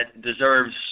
deserves